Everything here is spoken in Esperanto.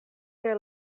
kaj